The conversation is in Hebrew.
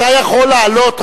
אני מקבל את זה.